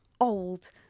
old